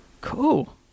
Cool